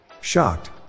Shocked